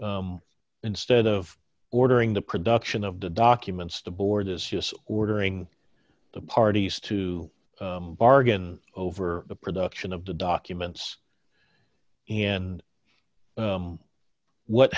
now instead of ordering the production of the documents to board is just ordering the parties to bargain over the production of the documents and what